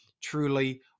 truly